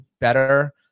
better